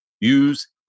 use